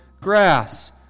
grass